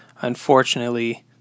unfortunately